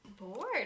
bored